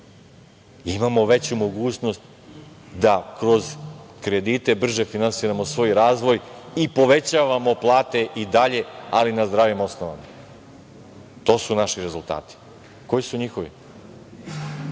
Imamo veću mogućnost da kroz kredite brže finansiramo svoj razvoj i povećavamo plate i dalje, ali na zdravim osnovama. To su naši rezultati. Koji su njihovi?